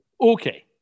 Okay